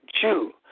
Jew